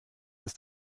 ist